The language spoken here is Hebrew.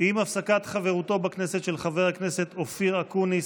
עם הפסקת חברותו בכנסת של חבר הכנסת אופיר אקוניס,